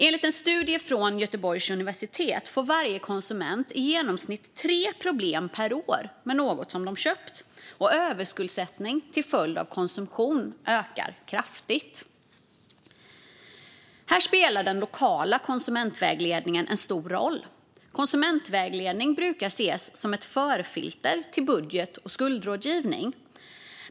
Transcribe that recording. Enligt en studie från Göteborgs universitet får varje konsument i genomsnitt tre problem per år med något som de köpt, och överskuldsättning till följd av konsumtion ökar kraftigt. Här spelar den lokala konsumentvägledningen en stor roll. Konsumentvägledning brukar ses som ett förfilter till budget och skuldrådgivning.